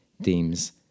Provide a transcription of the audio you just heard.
deems